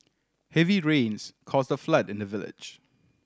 heavy rains caused a flood in the village